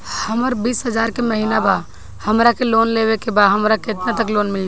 हमर बिस हजार के महिना बा हमरा के लोन लेबे के बा हमरा केतना तक लोन मिल जाई?